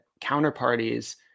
counterparties